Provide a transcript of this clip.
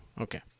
Okay